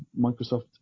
Microsoft